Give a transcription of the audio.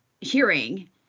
hearing